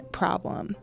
problem